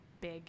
big